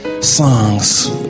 songs